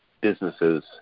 businesses